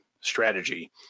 strategy